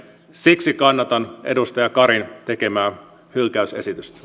siksi kannatan edustaja karin tekemää hylkäysesitystä